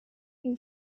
who